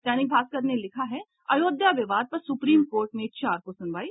दैनिक भास्कर ने लिखा है अयोध्या विवाद पर सुप्रीम कोर्ट में चार को सुनवाई